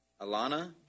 Alana